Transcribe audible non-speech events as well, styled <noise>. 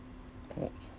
<noise>